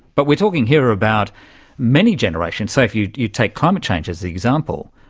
but we're talking here about many generations. so if you you take climate change as the example,